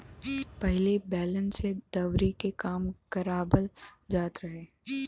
पहिले बैलन से दवरी के काम करवाबल जात रहे